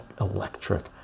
electric